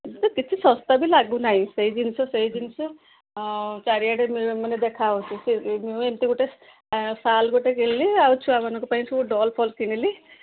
କିଛି ଶସ୍ତା ବି ଲାଗୁନାହିଁ ସେଇ ଜିନିଷ ସେଇ ଜିନିଷ ଚାରିଆଡ଼େ ମାନେ ଦେଖାହଉଛି ସେ ଏମିତି ଗୋଟେ ଶାଲ୍ ଗୋଟେ କିଣିଲି ଆଉ ଛୁଆମାନଙ୍କ ପାଇଁ ସବୁ ଡଲ୍ ଫଲ୍ କିଣିଲି